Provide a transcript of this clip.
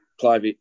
Clive